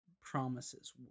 promises